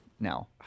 Now